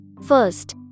first